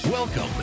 Welcome